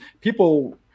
people